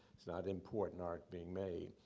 it's not important art being made.